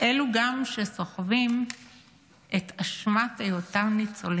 וגם אלו שסוחבים את אשמת היותם ניצולים,